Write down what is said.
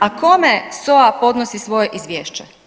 A kome SOA podnosi svoje izvješće?